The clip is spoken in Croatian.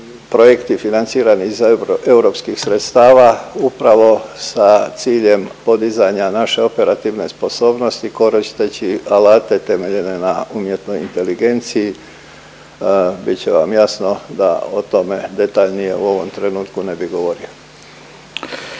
projekti financirani iz europskih sredstava upravo sa ciljem podizanja naše operativne sposobnosti koristeći alate temeljene na umjetnoj inteligenciji, bit će vam jasno da o tome detaljnije u ovom trenutku ne bih govorio.